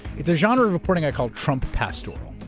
it's a genre of reporting i call trump pastoral